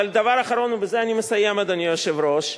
דבר אחרון, ובזה אני מסיים, אדוני היושב-ראש: